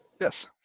Yes